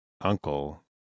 uncle